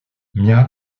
mia